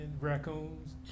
raccoons